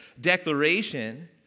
declaration